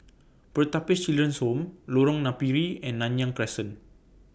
Pertapis Children's Home Lorong Napiri and Nanyang Crescent